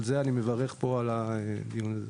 בשל כך